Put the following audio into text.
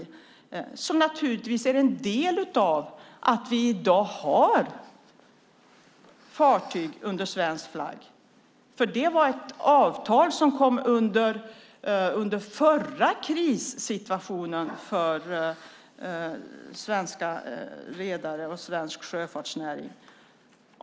Det är naturligtvis en del i att vi i dag har fartyg under svensk flagg. Det var ett avtal som kom under den förra krissituationen för svenska redare och svensk sjöfartsnäring.